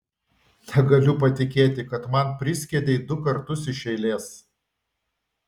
negaliu patikėti kad man priskiedei du kartus iš eilės